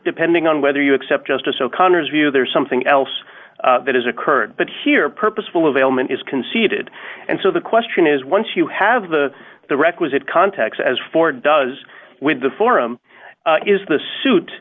depending on whether you accept justice o'connor's view there is something else that has occurred but here purposeful of ailment is conceded and so the question is once you have the the requisite context as ford does with the forum is the suit